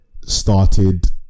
started